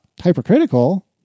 hypercritical